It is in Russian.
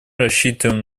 рассчитываем